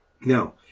Now